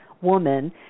woman